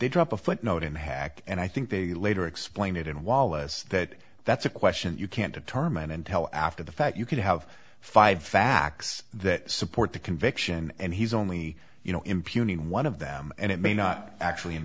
they drop a footnote in the hack and i think they later explained it in wallace that that's a question you can't determine and tell after the fact you could have five facts that support the conviction and he's only you know impugning one of them and it may not actually i